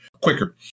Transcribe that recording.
quicker